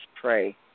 pray